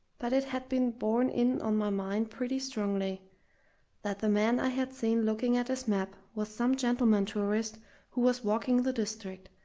but it had been borne in on my mind pretty strongly that the man i had seen looking at his map was some gentleman-tourist who was walking the district,